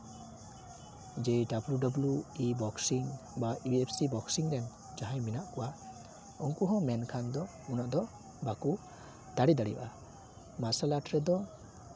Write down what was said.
ᱡᱮ W W E boxing ᱵᱟ I F C boxing ᱨᱮᱱ ᱡᱟᱦᱟᱸᱭ ᱢᱮᱱᱟᱜ ᱠᱚᱣᱟ ᱩᱝᱠᱩ ᱦᱚᱸ ᱢᱮᱱᱠᱷᱟᱱ ᱫᱚ ᱩᱱᱟᱹᱜ ᱫᱚ ᱵᱟᱠᱚ ᱫᱟᱲᱮ ᱫᱟᱲᱮᱣᱟᱜᱼᱟ ᱢᱟᱨᱥᱟᱞ ᱟᱨᱴᱥ ᱨᱮᱫᱚ